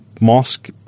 mosque